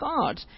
God